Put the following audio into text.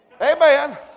Amen